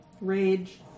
Rage